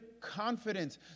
confidence